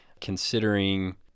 considering